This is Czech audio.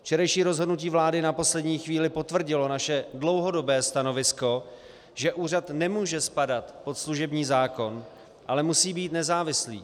Včerejší rozhodnutí vlády na poslední chvíli potvrdilo naše dlouhodobé stanovisko, že úřad nemůže spadat pod služební zákon, ale musí být nezávislý.